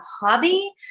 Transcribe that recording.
hobby